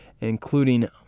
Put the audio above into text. including